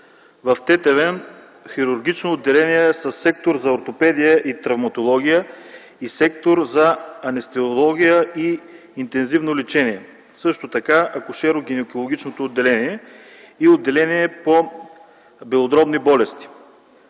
– хирургично отделение със сектор за ортопедия, травматология и сектор за анестезиология и интензивно лечение, също така акушеро-гинекологичното отделение и отделение по белодробни болести;